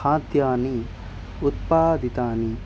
खाद्यानि उत्पादितानि